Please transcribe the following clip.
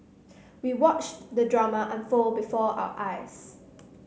we watched the drama unfold before our eyes